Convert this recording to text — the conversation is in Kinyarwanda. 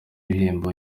n’ibihembo